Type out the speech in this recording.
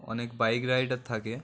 অনেক bike rider থাকে